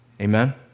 Amen